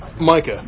Micah